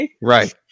Right